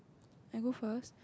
I go first